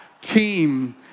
team